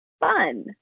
Fun